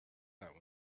that